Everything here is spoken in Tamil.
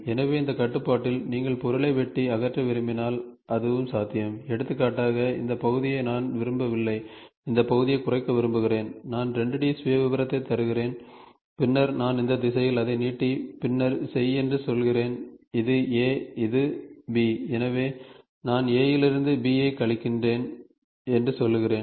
எனவே இந்த கட்டுப்பாட்டில் நீங்கள் பொருளை வெட்டி அகற்ற விரும்பினால் அதுவும் சாத்தியம் எடுத்துக்காட்டாக இந்த பகுதியை நான் விரும்பவில்லை இந்த பகுதியை குறைக்க விரும்புகிறேன் நான் 2 D சுயவிவரத்தை தருகிறேன் பின்னர் நான் இந்த திசையில் அதை நீட்டி பின்னர் செய் என்று சொல்கிறேன் இது A இது B எனவே நான் A இலிருந்து B ஐக் கழிக்கிறேன் என்று சொல்கிறேன்